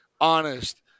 honest